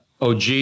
OG